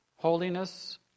holiness